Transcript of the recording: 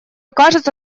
кажется